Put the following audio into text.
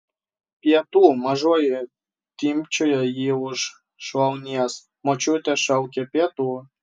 pietų mažoji timpčioja jį už šlaunies močiutė šaukia pietų